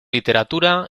literatura